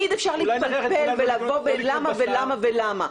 תמיד אפשר להתפלפל ולבוא ולמה ולמה למה.